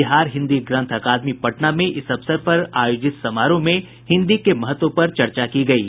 बिहार हिन्दी ग्रंथ आकादमी पटना में इस अवसर पर आयोजित समारोह में हिन्दी के महत्व पर चर्चा की गयी